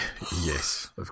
yes